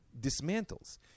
dismantles